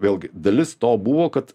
vėlgi dalis to buvo kad